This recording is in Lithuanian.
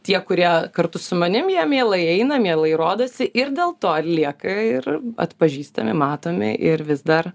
tie kurie kartu su manim jie mielai eina mielai rodosi ir dėl to lieka ir atpažįstami matomi ir vis dar